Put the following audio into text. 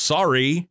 Sorry